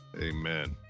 Amen